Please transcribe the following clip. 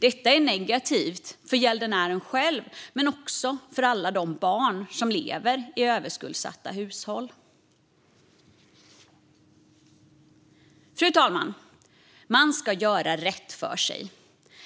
Detta är negativt för gäldenären själv men också för de barn som lever i överskuldsatta hushåll. Fru talman! Man ska göra rätt för sig.